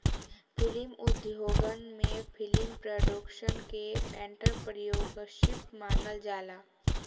film उद्योगन में film production के एंटरप्रेन्योरशिप मानल जाला